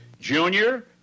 Junior